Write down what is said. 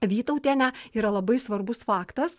vytautienę yra labai svarbus faktas